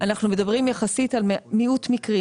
אנחנו מדברים יחסית על מיעוט מקרים,